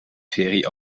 serie